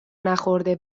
نخورده